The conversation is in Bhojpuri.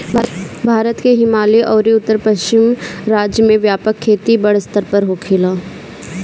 भारत के हिमालयी अउरी उत्तर पश्चिम राज्य में व्यापक खेती बड़ स्तर पर होखेला